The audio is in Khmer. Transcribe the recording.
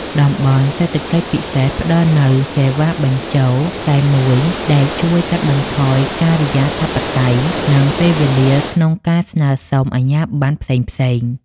តំបន់សេដ្ឋកិច្ចពិសេស ផ្ដល់នូវ "សេវាបញ្ជរតែមួយ" ដែលជួយកាត់បន្ថយការិយាធិបតេយ្យ និងពេលវេលាក្នុងការស្នើសុំអាជ្ញាបណ្ណផ្សេងៗ។